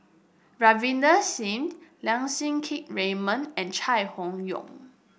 Ravinder Singh Lim Siang Keat Raymond and Chai Hon Yoong